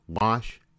Wash